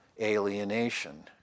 alienation